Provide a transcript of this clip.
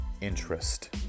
interest